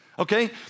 Okay